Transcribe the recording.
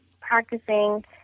practicing